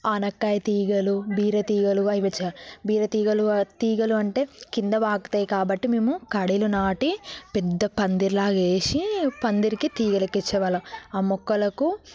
ఆనగ కాయ తీగలు బీరతీగలు బీరతీగలు తీగలు అంటే కింద ప్రాకుతాయి కాబట్టి మేము కట్టెలు నాటి పెద్ద పందిరి లాగా వేసి పందిరికి తీగలు ఎక్కించే వాళ్ళం ఆ మొక్కలకు